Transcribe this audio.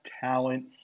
talent